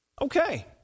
okay